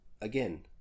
Again